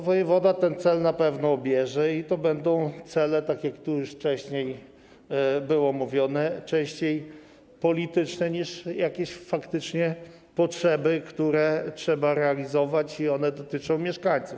Wojewoda ten cel na pewno obierze i to będą cele, tak jak tu już wcześniej było mówione, częściej polityczne niż jakieś faktyczne potrzeby, które trzeba realizować i dotyczą mieszkańców.